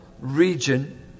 region